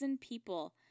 people